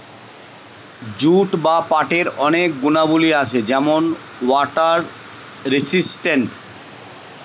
jute বা পাটের অনেক গুণাবলী আছে যেমন ওয়াটার রেসিস্টেন্ট